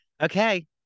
Okay